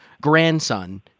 grandson